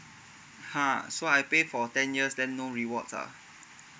(huh) so I pay for ten years then no rewards ah